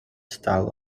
style